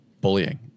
bullying